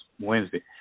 Wednesday